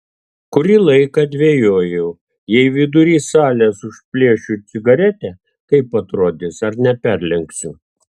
kurį laiką dvejojau jei vidury salės užplėšiu cigaretę kaip atrodys ar neperlenksiu